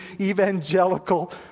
evangelical